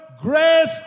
Grace